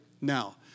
Now